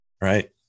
Right